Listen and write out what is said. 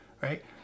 Right